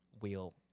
wheel